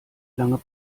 lange